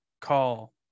call